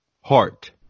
Heart